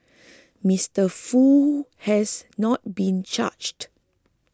Mister Foo has not been charged